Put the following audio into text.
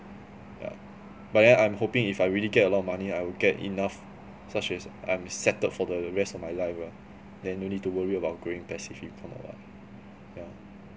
yeah but then I'm hoping if I really get a lot of money I would get enough such as I'm settled for the rest of my life lah then no need to worry about growing passive income or [what] yeah